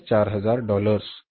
फक्त 4000 डॉलर्स